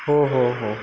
हो हो हो